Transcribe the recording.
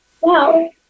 Wow